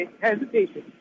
hesitation